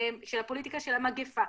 של הפוליטיקה של המגפה.